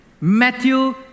Matthew